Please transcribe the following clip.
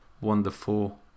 wonderful